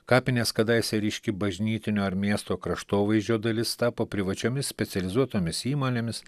kapinės kadaise ryški bažnytinio ar miesto kraštovaizdžio dalis tapo privačiomis specializuotomis įmonėmis